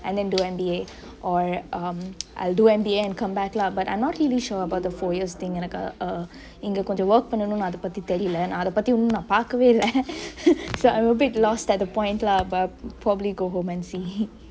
and then do M_B_A or um I'll do M_B_A and come back lah but I'm not really sure about the four years thing எனக்கு இங்க கொஞ்சொ:enaku ingge konjo work பன்னனுனு அத பத்தி தெரில நா அத பத்தி இன்னு நா பாக்கவே இல்ல:pannenunu athe pathi teriyile naa athe pathi innu naa paakeve ille so I'm a bit lost at the point lah so I will probbaly go home and see